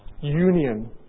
union